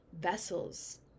vessels